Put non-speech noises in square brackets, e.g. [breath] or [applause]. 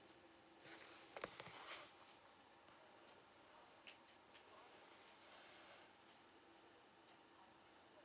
[breath]